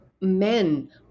men